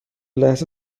لحظه